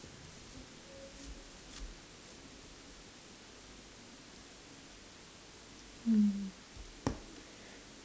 mm